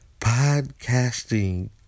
Podcasting